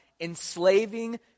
enslaving